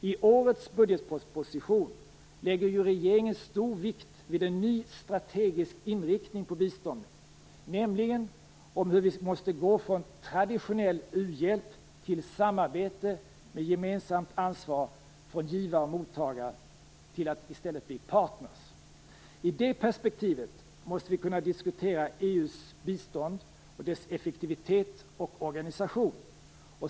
I årets budgetproposition lägger ju regeringen stor vikt vid en ny strategisk inriktning på biståndet, nämligen att vi måste gå från traditionell u-hjälp till samarbete med gemensamt ansvar för givare och mottagare till att i stället bli partners. I det perspektivet måste vi kunna diskutera EU:s bistånd och dess effektivitet och organisation.